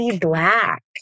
black